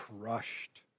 crushed